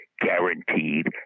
guaranteed